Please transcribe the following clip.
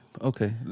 Okay